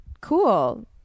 cool